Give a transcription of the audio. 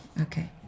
Okay